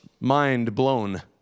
mind-blown